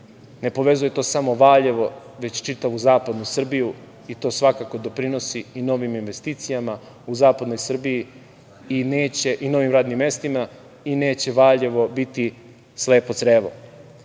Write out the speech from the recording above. ne povezuje to samo Valjevo već čitavu zapadnu Srbiju i to svakako doprinosi i novim investicijama u zapadnoj Srbiji i novim radnim mestima i neće Valjevo biti slepo